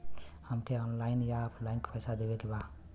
हमके ऑनलाइन या ऑफलाइन पैसा देवे के बा?